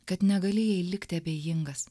kad negalėjai likti abejingas